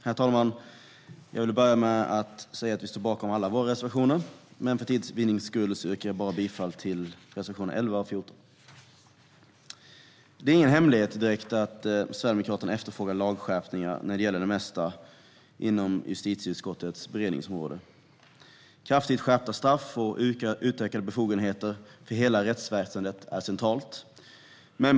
Herr talman! Jag står bakom alla våra reservationer, men för tids vinnande yrkar jag bifall bara till reservationerna 11 och 14. Det är ingen hemlighet att Sverigedemokraterna efterfrågar lagskärpningar när det gäller det mesta inom justitieutskottets beredningsområde. Kraftigt skärpta straff och utökade befogenheter för hela rättsväsendet är centralt.